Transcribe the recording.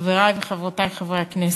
חברי וחברותי חברי הכנסת,